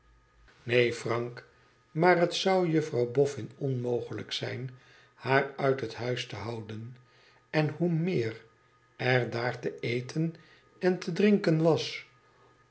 neen frank maar het zou juffrouw bofhn onmogelijk zijn haar uit het huis te houden en hoe m e e r er daar te eten en te drinken was